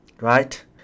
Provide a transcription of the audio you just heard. right